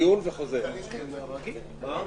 אנחנו לא שני צדדים בסופו של דבר,